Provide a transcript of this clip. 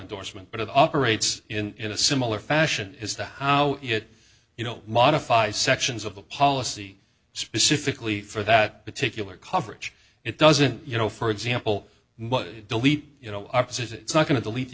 indorsement but of operates in a similar fashion is that how it you know modify sections of the policy specifically for that particular coverage it doesn't you know for example delete you know opposite it's not going to delete the